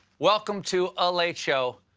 welcome to a late show.